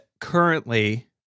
currently